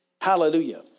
Hallelujah